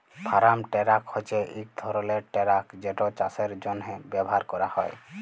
farm truck হছে ইক ধরলের টেরাক যেট চাষের জ্যনহে ব্যাভার ক্যরা হয়